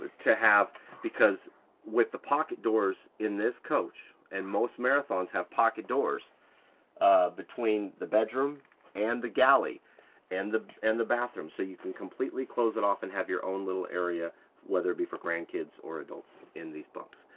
to have because with the pocket doors in this coach and most marathons have pocket doors between the bedroom and the galley and the and the bathroom so you can completely close it off and have your own little area whether it be for grandkids or adults in these bunks.